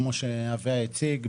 כמו שאביה הציג,